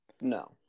No